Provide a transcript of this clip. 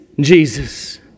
Jesus